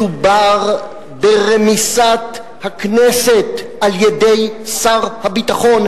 מדובר ברמיסת הכנסת על-ידי שר הביטחון,